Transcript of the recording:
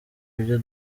ibyo